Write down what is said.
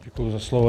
Děkuji za slovo.